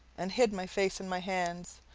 and hid my face in my hands,